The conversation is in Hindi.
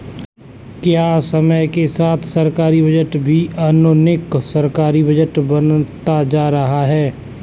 क्या समय के साथ सरकारी बजट भी आधुनिक सरकारी बजट बनता जा रहा है?